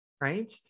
right